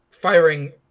firing